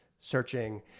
searching